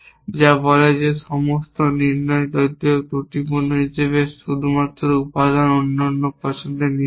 যা বলে যে সমস্ত নির্ণয় যদিও ত্রুটিপূর্ণ হিসাবে শুধুমাত্র উপাদান অন্যান্য পছন্দের নির্ণয়